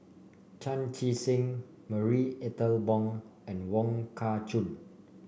Chan Chee Seng Marie Ethel Bong and Wong Kah Chun